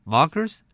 Markers